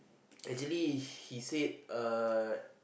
actually he said err